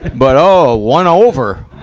but, oh, one over!